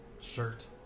Shirt